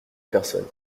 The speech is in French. personne